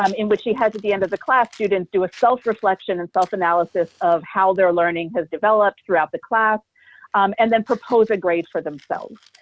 um in which she has at the end of the class students do a self-reflection and self analysis of how their learning has developed throughout the class and then propose a grade for themselves,